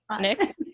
Nick